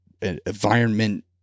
environment